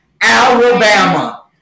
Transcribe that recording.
Alabama